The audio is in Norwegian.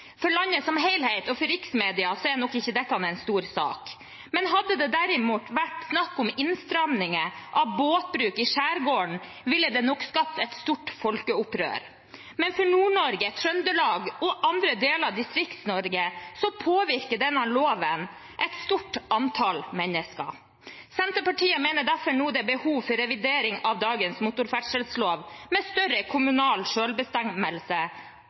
For landet som helhet og for riksmedia er nok ikke dette en stor sak. Hadde det derimot vært snakk om innstramninger av båtbruk i skjærgården, ville det nok skapt et stort folkeopprør. Men for Nord-Norge, Trøndelag og andre deler av Distrikts-Norge påvirker denne loven et stort antall mennesker. Senterpartiet mener derfor det nå er behov for revidering av dagens motorferdsellov, med større kommunal